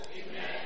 Amen